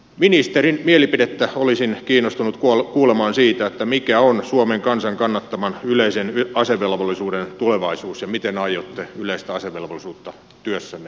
ministerin mielipidettä olisin kiinnostunut kuulemaan siitä mikä on suomen kansan kannattaman yleisen asevelvollisuuden tulevaisuus ja miten aiotte yleistä asevelvollisuutta työssänne edistää